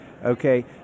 Okay